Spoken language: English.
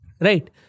right